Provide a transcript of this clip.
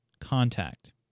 contact